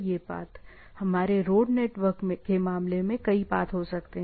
हमारे road network के मामले में कई पाथ हो सकते हैं